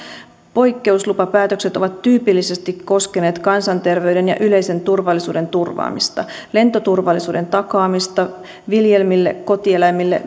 poikkeuslupapäätökset ovat tyypillisesti koskeneet kansanterveyden ja yleisen turvallisuuden turvaamista lentoturvallisuuden takaamista viljelmille kotieläimille